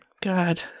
God